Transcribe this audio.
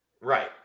Right